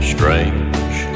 Strange